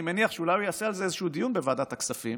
אני מניח שאולי הוא יעשה על זה איזשהו דיון בוועדת הכספים: